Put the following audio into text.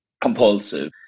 compulsive